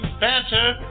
banter